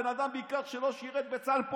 בן אדם שבעיקר לא שירת בצה"ל.